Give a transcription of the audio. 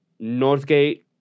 Northgate